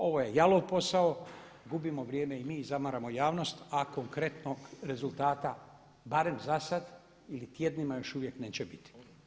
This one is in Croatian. Ovo je jalov posao, gubimo vrijeme i mi i zamaramo javnost a konkretnog rezultata barem za sada ili tjednima još uvijek neće biti.